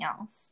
else